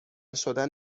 شدن